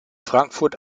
frankfurt